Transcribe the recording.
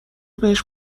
بهش